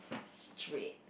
straight